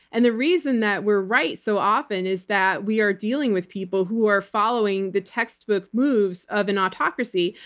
and the reason that we're right so often is that we are dealing with people who are following the textbook moves of an autocracy,